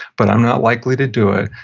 but i'm not likely to do it,